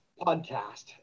podcast